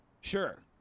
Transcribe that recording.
Sure